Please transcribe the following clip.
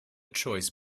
choice